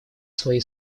свои